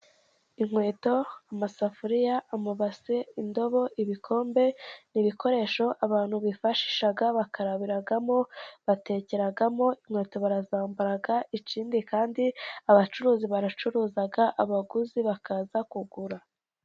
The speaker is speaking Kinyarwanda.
Inkweto, amasafuriya, amabase, indobo, ibikombe ni ibikoresho abantu bifashisha, bakarabiramo, batekeragamo, inkweto barazambara ikindi kandi abacuruzi baracuruza, abaguzi bakaza kugura.